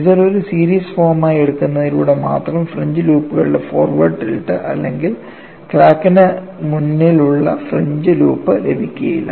Z ഒരു series ഫോമായി എടുക്കുന്നതിലൂടെ മാത്രം ഫ്രിഞ്ച് ലൂപ്പുകളുടെ ഫോർവേഡ് ടിൽറ്റ് അല്ലെങ്കിൽ ക്രാക്കിന് മുന്നിലുള്ള ഫ്രിഞ്ച് ലൂപ്പ് ലഭിക്കുകയില്ല